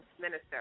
minister